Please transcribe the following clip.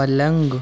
पलंग